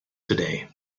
today